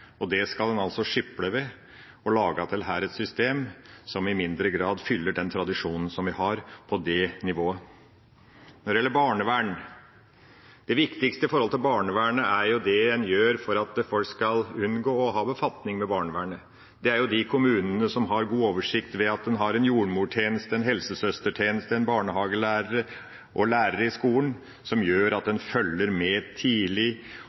Det skal en altså skiple ved, og her lage til et system som i mindre grad fyller den tradisjonen og det nivået som vi har. Når det gjelder barnevern, er det viktigste det en gjør for at folk skal unngå å ha befatning med barnevernet. Det er jo de kommunene som har god oversikt og følger med tidlig – ved at de har en jordmortjeneste, en helsesøstertjeneste, barnehagelærere og lærere i skolen – som hjelper dem som trenger samfunnets bevågenhet. Barnevernet er i en